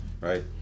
right